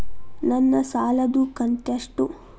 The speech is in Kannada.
ನನ್ನ ಸಾಲದು ಕಂತ್ಯಷ್ಟು?